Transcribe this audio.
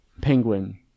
Penguin